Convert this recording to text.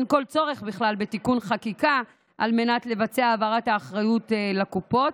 אין כל צורך בתיקון חקיקה על מנת לבצע את העברת האחריות לקופות,